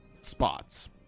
spots